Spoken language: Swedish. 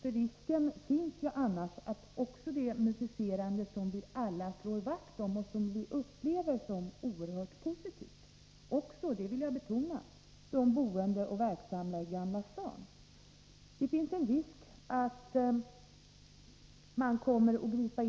Annars drabbas kanske även det musicerande som vi alla — också de boende och de verksamma i Gamla stan — slår vakt om och upplever som oerhört positivt.